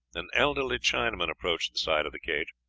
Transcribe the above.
an elderly chinaman approached the side of the cage.